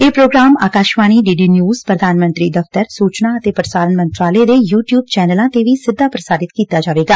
ਇਹ programme Akashvani D D News ਪ੍ਰਧਾਨ ਮੰਤਰੀ ਦਫ਼ਤਰ ਸੁਚਨਾ ਅਤੇ ਪ੍ਰਸਾਰਣ ਮੰਤਰਾਲੇ ਦੇ ਯੂ ਟਿਊਬ ਚੈਨਲਾਂ ਤੇ ਵੀ ਸਿੱਧਾ ਪ੍ਰਸਾਰਿਤ ਕੀਤਾ ਜਾਵੇਗਾ